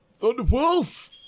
Thunderwolf